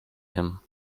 him